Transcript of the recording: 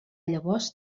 llavors